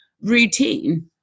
routine